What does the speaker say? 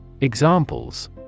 Examples